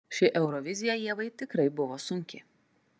ši eurovizija ievai tikrai buvo sunki